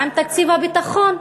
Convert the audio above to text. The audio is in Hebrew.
מה עם תקציב הביטחון?